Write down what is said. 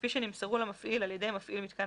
כפי שנמסרו למפעיל על ידי מפעיל מיתקן